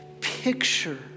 picture